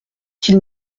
qu’il